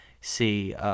see